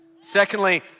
Secondly